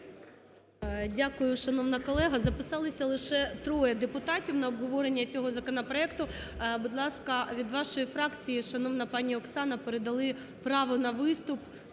Дякую, шановна колега. Записалися лише троє депутатів на обговорення цього законопроекту. Будь ласка, від вашої фракції, шановна пані Оксана, передали право на виступ